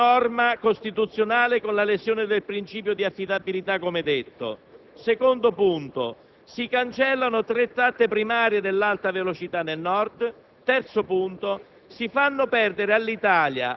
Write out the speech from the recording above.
che: si vìola la norma costituzionale con la lesione del principio di affidabilità, come evidenziato; si cancellano tre tratte primarie dell'Alta velocità nel Nord;